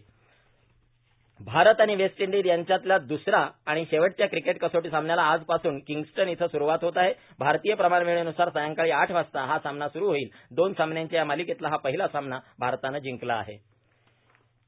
cricket AIR Bharat आणि West Indies यांच्यातल्या द्रसऱ्या आणि शेवटच्या क्रिकेट कसोटी सामन्याला आजपासून किंगस्टन इथं स्रूवात होत आहेष् भारतीय प्रमाणवेळेन्सार सायंकाळी आठ वाजता हा सामना सुरू होईलण दोन सामन्यांच्या या मालिकेतला पहिला सामना भारतानं जिंकला आहे